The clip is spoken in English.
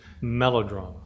melodrama